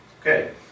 Okay